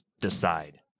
decide